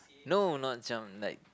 no not jump like